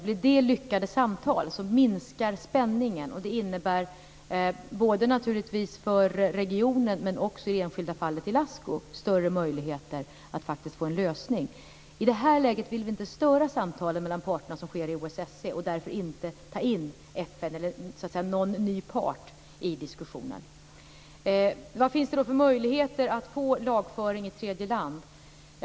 Blir det lyckade samtal minskar spänningen, och det innebär större möjligheter både för regionen och för det enskilda fallet Ilascu att få en lösning. I det här läget vill vi inte störa samtalen mellan parterna inom OSSE och därför inte ta in någon ny part i diskussionen. Vad finns det för möjligheter att få lagföring i tredje land?